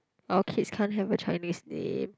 our kids can't have a Chinese name